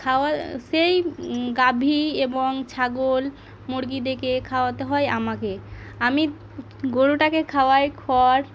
খাওয়া সেই গাভী এবং ছাগল মুরগিদেরকে খাওয়াতে হয় আমাকে আমি গরুটাকে খাওয়াই খড়